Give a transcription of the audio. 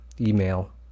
email